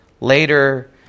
Later